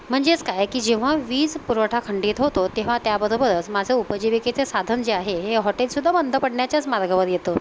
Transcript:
म्हणजेच काय की जेव्हा वीज पुरवठा खंडित होतो तेव्हा त्याबरोबरच माझे उपजीविकेचे साधन जे आहे हे हॉटेलसुद्धा बंद पडण्याच्याच मार्गावर येतं